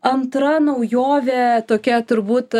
antra naujovė tokia turbūt